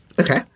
Okay